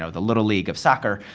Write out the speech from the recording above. ah the little league of soccer.